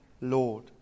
Lord